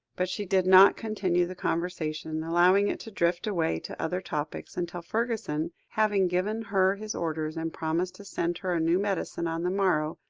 but she did not continue the conversation, allowing it to drift away to other topics, until fergusson, having given her his orders, and promised to send her a new medicine on the morrow,